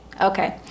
okay